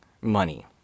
money